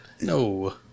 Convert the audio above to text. no